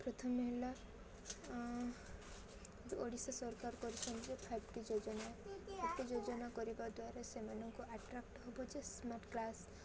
ପ୍ରଥମେ ହେଲା ଓଡ଼ିଶା ସରକାର କରିଛନ୍ତି ଯେ ଫାଇଭ୍ଟି ଯୋଜନା ଫାଇଭ୍ଟି ଯୋଜନା କରିବା ଦ୍ୱାରା ସେମାନଙ୍କୁ ଆଟ୍ରାକ୍ଟ ହବ ଯେ ସ୍ମାର୍ଟ କ୍ଲାସ୍